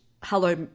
hello